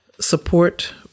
support